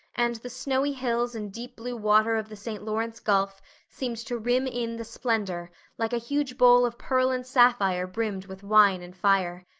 and the snowy hills and deep-blue water of the st. lawrence gulf seemed to rim in the splendor like a huge bowl of pearl and sapphire brimmed with wine and fire.